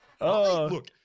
look